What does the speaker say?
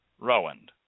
Rowand